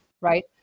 right